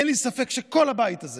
אין לי ספק שכל הבית הזה